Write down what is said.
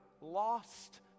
lost